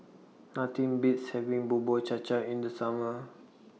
Nothing Beats having Bubur Cha Cha in The Summer